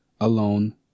alone